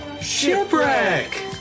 Shipwreck